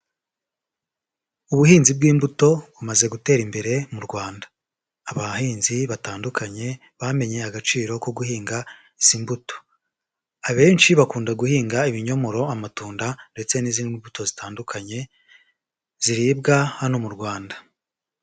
Ubuhinzi bw'imbuto bumaze gutera imbere mu Rwanda, abahinzi batandukanye bamenye agaciro ko guhinga izi mbuto, abenshi bakunda guhinga ibinyomoro, amatunda ndetse n'izindi mbuto zitandukanye ziribwa hano mu Rwanda.